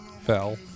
Fell